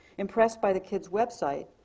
impressed by the kids website,